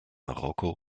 marokko